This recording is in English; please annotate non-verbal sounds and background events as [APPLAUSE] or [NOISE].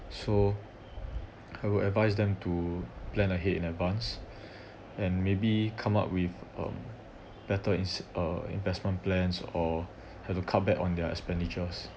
so I would advise them to plan ahead in advance [BREATH] and maybe come up with um better ins~ uh investment plans or had to cut back on their expenditures